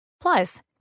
Plus